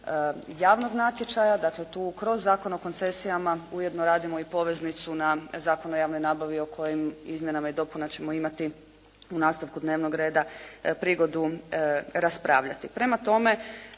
javnog natječaja, dakle tu kroz Zakon o koncesijama ujedno radimo i poveznicu na Zakon o javnoj nabavi o kojim izmjenama i dopunama ćemo imati u nastavku dnevnog reda prigodu raspravljati. Prema tome